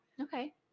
Okay